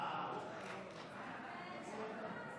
ההצעה להעביר את הצעת חוק